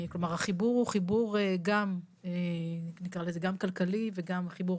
כלומר החיבור הוא חיבור גם כלכלי וגם חיבור